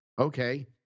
Okay